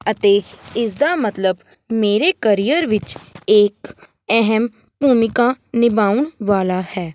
ਅਤੇ ਇਸਦਾ ਮਤਲਬ ਮੇਰੇ ਕਰੀਅਰ ਵਿੱਚ ਇਕ ਅਹਿਮ ਭੂਮਿਕਾ ਨਿਭਾਉਣ ਵਾਲਾ ਹੈ